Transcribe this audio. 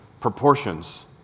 proportions